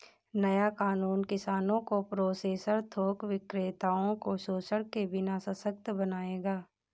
नया कानून किसानों को प्रोसेसर थोक विक्रेताओं को शोषण के बिना सशक्त बनाएगा